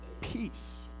peace